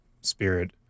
spirit